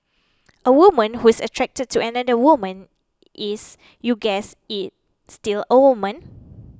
a woman who is attracted to another woman is you guessed it still a woman